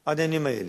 בה העניינים האלה.